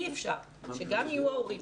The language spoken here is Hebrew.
אי אפשר שגם יהיו ההורים,